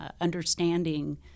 Understanding